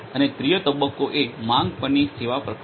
અને ત્રીજો તબક્કો એ માંગ પરની સેવા પ્રક્રિયા છે